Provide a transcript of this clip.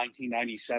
1997